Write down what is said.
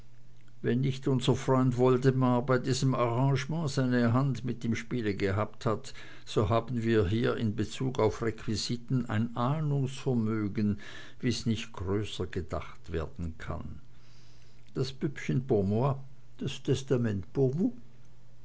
wenn nicht unser freund woldemar bei diesem arrangement seine hand mit im spiele gehabt hat so haben wir hier in bezug auf requisiten ein ahnungsvermögen wie's nicht größer gedacht werden kann das püppchen pour moi das testament